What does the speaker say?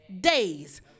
days